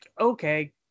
okay